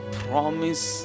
promise